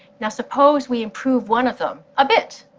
now suppose we improve one of them, a bit.